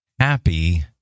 Happy